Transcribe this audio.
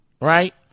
Right